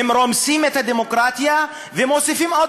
הם רומסים את הדמוקרטיה ומוסיפים עוד